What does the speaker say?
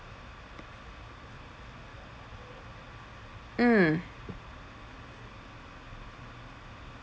mm